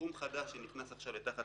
תחום חדש שעכשיו נכנס והוא תחת